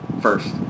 first